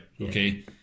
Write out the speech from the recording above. Okay